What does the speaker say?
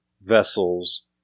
vessels